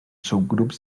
subgrups